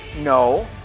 No